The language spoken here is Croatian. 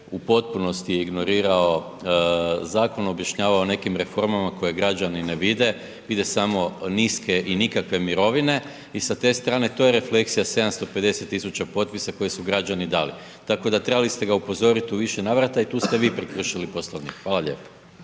u potpunosti je ignorirao, zakon objašnjavao nekim reformama koje građani ne vide, vide samo niske i nikakve mirovine i sa te strane to je refleksija 750 000 potpisa koji su građani dali, tako da trebali ste ga upozorit u više navrata i tu ste vi prekršili Poslovnik. Hvala lijepo.